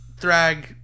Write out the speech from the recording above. Thrag